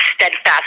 steadfast